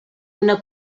una